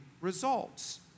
results